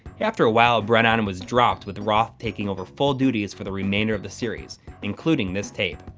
after a while brennon and was dropped with roth taking over full duties for the remainder of the series including this tape.